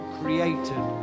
created